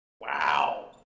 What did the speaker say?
Wow